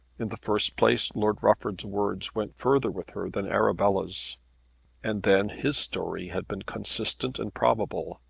in the first place lord rufford's word went further with her than arabella's and then his story had been consistent and probable,